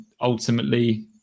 ultimately